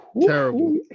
terrible